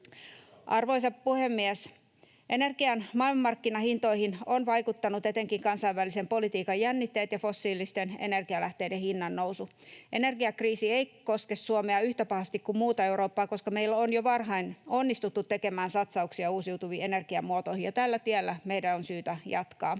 Arvoisa puhemies! Energian maailmanmarkkinahintoihin ovat vaikuttaneet etenkin kansainvälisen politiikan jännitteet ja fossiilisten energialähteiden hinnannousu. Energiakriisi ei koske Suomea yhtä pahasti kuin muuta Eurooppaa, koska meillä on jo varhain onnistuttu tekemään satsauksia uusiutuviin energiamuotoihin, ja tällä tiellä meidän on syytä jatkaa